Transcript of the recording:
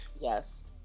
Yes